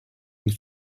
and